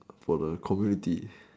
for the community